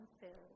filled